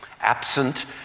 Absent